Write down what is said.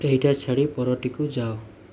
ଏହିଟା ଛାଡ଼ି ପରଟିକୁ ଯାଅ